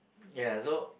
ya so